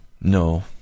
no